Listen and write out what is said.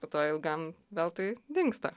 po to ilgam veltui dingsta